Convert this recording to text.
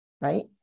right